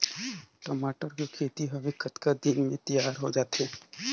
टमाटर कर खेती हवे कतका दिन म तियार हो जाथे?